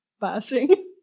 bashing